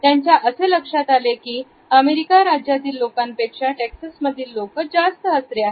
त्याच्या असे लक्षात आले अमेरीका राज्यातील लोकांपेक्षा टेक्सस मधील लॉक जास्त हसरे आहेत